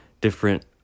different